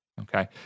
okay